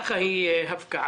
כך היא הפקעה.